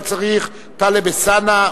טלב אלסאנע,